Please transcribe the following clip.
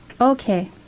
Okay